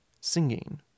Singing